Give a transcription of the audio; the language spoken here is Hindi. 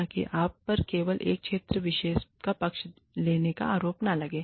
ताकि आप पर केवल एक क्षेत्र विशेष का पक्ष लेने का आरोप न लगे